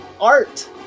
art